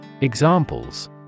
Examples